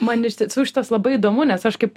man iš tiesų šitas labai įdomu nes aš kaip